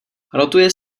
rotuje